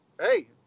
hey